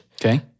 Okay